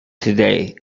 today